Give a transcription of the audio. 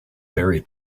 berry